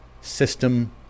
system